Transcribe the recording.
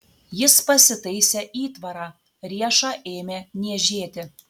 jis pasitaisė įtvarą riešą ėmė niežėti